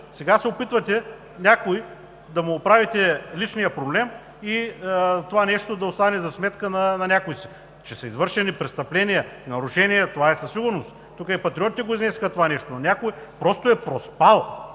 Сега се опитвате на някой да му оправите личния проблем и това нещо да остане за сметка на някои си. Че са извършени престъпления, нарушения, това е сигурно. Патриотите го изнесоха това, но някой просто е проспал